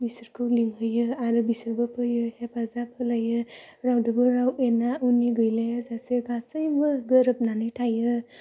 बिसोरखौ लेंहैयो आरो बिसोरबो फैयो हेफाजाब होलायो रावनोबो राव एना एनि गैलायाजासे गासैबो गोरोबनानै थायो